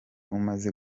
umaze